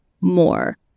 more